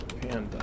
Panda